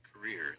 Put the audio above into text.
career